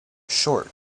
short